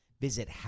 Visit